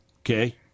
Okay